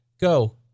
Go